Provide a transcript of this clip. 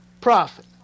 Profit